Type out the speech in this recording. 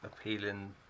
appealing